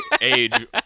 age